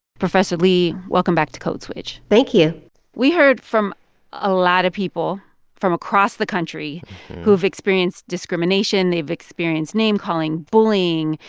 professor lee, welcome back to code switch thank you we heard from a lot of people from across the country who've experienced discrimination. they've experienced name-calling, bullying,